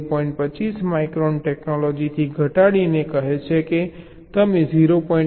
25 micron ટેક્નોલોજીથી ઘટાડીને કહે છે કે તમે 0